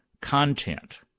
content